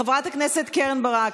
חברת הכנסת קרן ברק,